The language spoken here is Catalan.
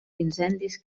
incendis